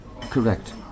Correct